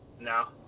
No